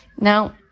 Now